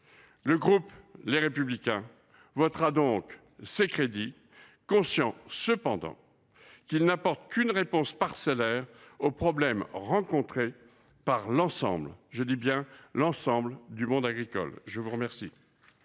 Le groupe Les Républicains votera donc ces crédits, conscient cependant qu’ils n’apportent qu’une réponse parcellaire aux problèmes rencontrés par l’ensemble – je dis bien l’ensemble